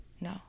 no